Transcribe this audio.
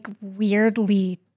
weirdly